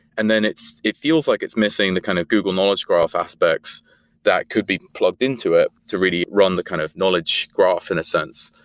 and then it feels like it's missing the kind of google knowledge graph aspects that could be plugged into it to really run the kind of knowledge graph in a sense.